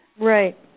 Right